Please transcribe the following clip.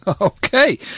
Okay